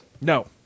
no